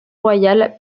royale